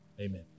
Amen